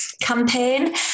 campaign